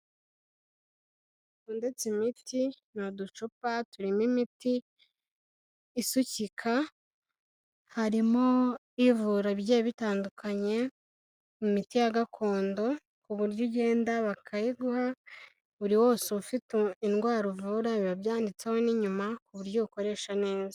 Uretse imiti n'uducupa turimo imiti isukika harimo ivura ibigiye bitandukanye mu miti ya gakondo ku buryo ugenda bakayiguha buri wese ufite indwara uvura biba byanditseho n'inyuma ku buryo uwukoresha neza.